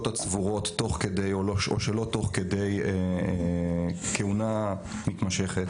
הצבורות תוך כדי או שלא תוך כדי כהונה מתמשכת,